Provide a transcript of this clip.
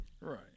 Right